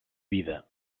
vida